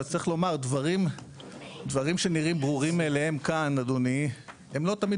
אבל צריך לומר דברים שנראים ברורים מאליהם כאן אדוני הם לא תמיד